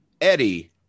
Eddie